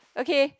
okay